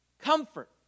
comfort